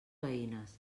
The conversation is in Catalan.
veïnes